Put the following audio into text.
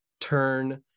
turn